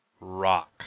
rock